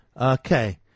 Okay